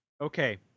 Okay